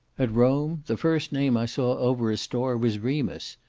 at rome, the first name i saw over a store was remus,